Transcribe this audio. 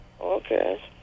Okay